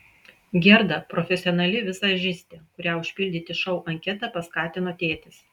gerda profesionali vizažistė kurią užpildyti šou anketą paskatino tėtis